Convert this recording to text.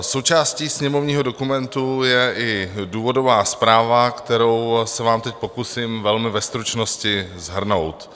Součástí sněmovního dokumentu je i důvodová zpráva, kterou se vám teď pokusím velmi ve stručnosti shrnout.